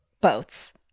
Boats